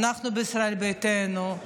אצלנו בישראל ביתנו,